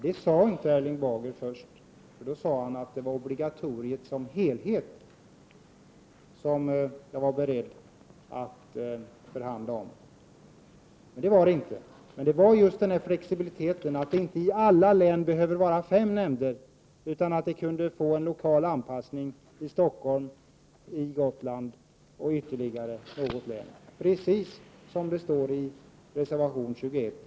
Men först sade Erling Bager att det gällde obligatoriet som helhet, som jag var beredd att förhandla om. Så var det inte. Vi förespråkar just den här flexibiliteten, att det inte i alla län behöver finnas fem nämnder, utan att man kunde göra en lokal anpassning i Stockholm, i Gotlands län och i ytterligare något län — precis som det står i reservationen 21.